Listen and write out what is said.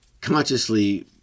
consciously